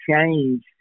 change